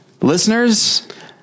listeners